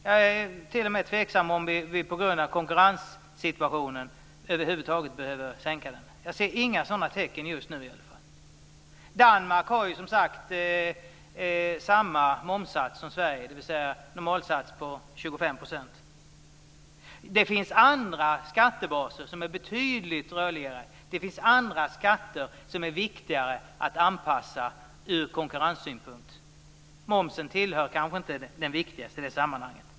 Jag är t.o.m. tveksam till om vi på grund av konkurrenssituationen över huvud taget behöver sänka den. Jag ser inga sådana tecken just nu i alla fall. Danmark har ju som sagt samma momssats som Sverige, dvs. en normalsats på 25 %. Det finns andra skattebaser som är betydligt rörligare. Det finns andra skatter som är viktigare att anpassa ur konkurrenssynpunkt. Momsen är kanske inte den viktigaste i det sammanhanget.